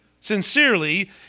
sincerely